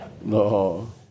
No